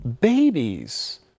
babies